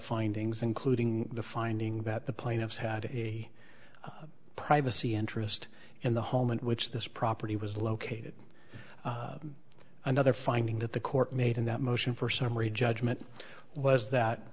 findings including the finding that the plaintiffs had a privacy interest in the home in which this property was located another finding that the court made and that motion for summary judgment was that